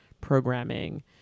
programming